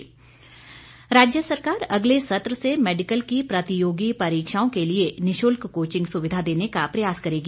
वीरेन्द्र कंवर राज्य सरकार अगले सत्र से मैडिकल की प्रतियोगी परीक्षाओं के लिए निशुल्क कोचिंग सुविधा देने का प्रयास करेगी